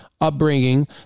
upbringing